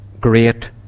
great